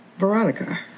Veronica